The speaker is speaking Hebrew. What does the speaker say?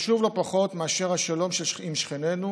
חשוב לא פחות מאשר השלום עם שכנינו